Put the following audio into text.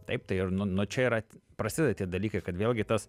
taip tai ir nu nu čia yra prasideda tie dalykai kad vėlgi tas